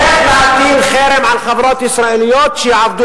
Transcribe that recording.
איך להטיל חרם על חברות ישראליות שיעבדו